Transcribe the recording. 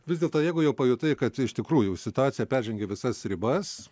vis dėlto jeigu jau pajutai kad iš tikrųjų situacija peržengė visas ribas